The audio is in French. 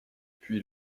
puis